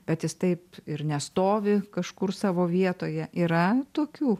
bet jis taip ir nestovi kažkur savo vietoje yra tokių